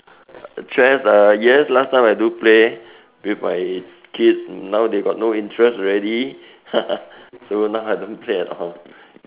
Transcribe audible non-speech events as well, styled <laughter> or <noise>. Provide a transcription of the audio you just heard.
chess uh yes last time I do play with my kids now they got no interest already <laughs> so now I don't play at all